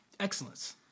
Excellence